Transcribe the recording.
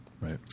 Right